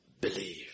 believe